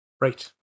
Right